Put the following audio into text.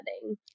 setting